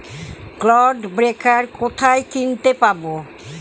Clod breaker কোথায় কিনতে পাব?